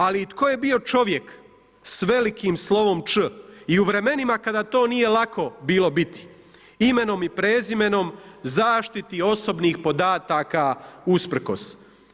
Ali i tko je bio čovjek s velikim slovom Č i u vremenima kada to nije lako bilo biti, imenom i prezimenom, zaštiti osobnih podataka usprkos.